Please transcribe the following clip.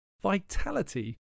Vitality